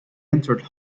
entered